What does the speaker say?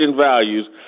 values